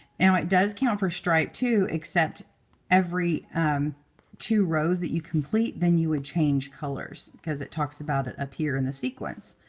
and it does count for striped, too, except every two rows that you complete, then you would change colors because it talks about it up here in the sequence.